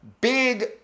big